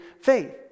faith